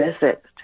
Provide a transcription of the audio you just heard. visit